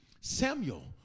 Samuel